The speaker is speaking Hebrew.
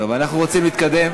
טוב, אנחנו רוצים להתקדם